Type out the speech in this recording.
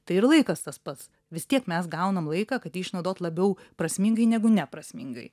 tai ir laikas tas pats vis tiek mes gaunam laiką kad jį išnaudot labiau prasmingai negu neprasmingai